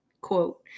quote